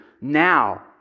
now